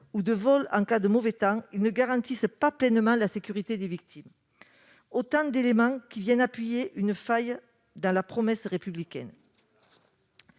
ou de vol en cas de mauvais temps. Ils ne garantissent pas pleinement la sécurité des victimes. Tous ces éléments ouvrent une faille dans la promesse républicaine.